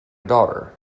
daughter